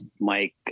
Mike